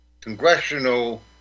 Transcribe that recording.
congressional